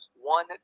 one